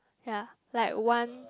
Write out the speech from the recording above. ya like one